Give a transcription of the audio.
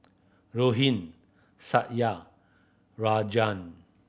Rohit Satya Rajan